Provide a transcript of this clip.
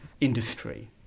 industry